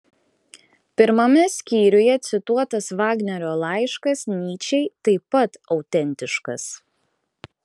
pirmame skyriuje cituotas vagnerio laiškas nyčei taip pat autentiškas